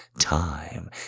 time